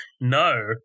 no